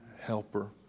helper